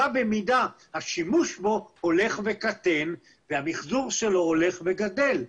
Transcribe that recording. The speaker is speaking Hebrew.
בה במידה השימוש בו הולך וקטן והמחזור שלו הולך וגדל.